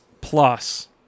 plus